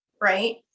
right